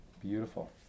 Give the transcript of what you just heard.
Beautiful